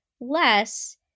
less